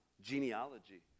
genealogy